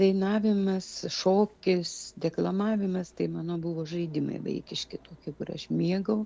dainavimas šokis deklamavimas tai mano buvo žaidimai vaikiški tokie kur aš mėgau